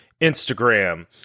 Instagram